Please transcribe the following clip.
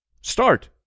Start